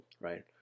right